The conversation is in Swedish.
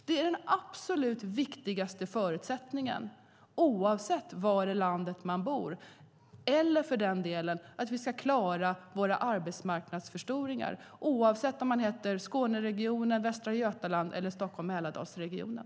Det är den absolut viktigaste förutsättningen, oavsett var i landet man bor, för att vi ska klara att förstora arbetsmarknaden i till exempel Skåneregionen, Västra Götaland eller Stockholm-Mälardalsregionen.